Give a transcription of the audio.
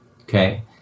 Okay